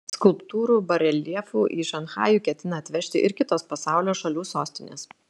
skulptūrų bareljefų į šanchajų ketina atvežti ir kitos pasaulio šalių sostinės